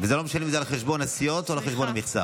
וזה לא משנה אם זה על חשבון הסיעות או על חשבון המכסה.